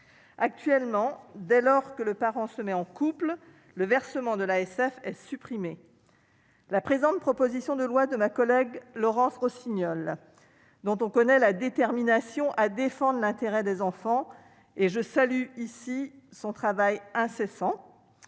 actuellement, dès lors que le parent se met en couple le versement de l'ASF supprimé. La présente proposition de loi de ma collègue Laurence Rossignol, dont on connaît la détermination à défendre l'intérêt des enfants et je salue ici son travail incessant,